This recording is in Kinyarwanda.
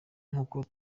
nk’uku